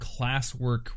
classwork